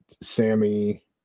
Sammy